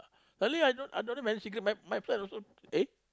early I don't I don't have any cigarettes my my friend also eh